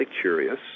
curious